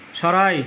চৰাই